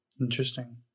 Interesting